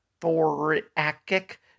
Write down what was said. thoracic